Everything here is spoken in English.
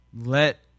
let